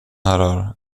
herrar